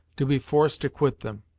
to be forced to quit them.